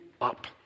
up